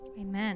Amen